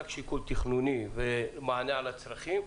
פועלים רק בשיקול תכנוני ומענה על הצרכים.